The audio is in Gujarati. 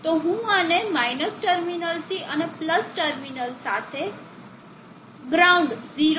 તો હું આને માઈનસ ટર્મિનલથી અને પ્લસ ટર્મિનલ સાથે ગ્રાઉન્ડ 0 સાથે જોડીશ